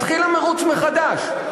מתחיל המירוץ מחדש.